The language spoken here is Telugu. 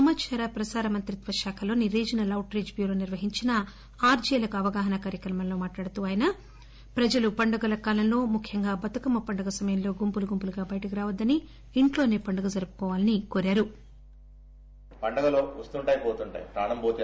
సమాచార ప్రసార మంత్రిత్వ శాఖలోని రీజనల్ అవుట్రీచ్ బ్యూరో నిర్వహించిన ఆర్షీలకు అవగాహన కార్యక్రమంలో మాట్లాడుతూ శ్రీనివాసరావు ప్రజలు పండుగల కాలంలో ముఖ్యంగా బతుకమ్మ పండుగ సమయంలో గుంపులుగా బయటకు రావద్దని ఇంట్లోనే పండగ జరుపుకోవాలని కోరారు